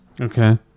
Okay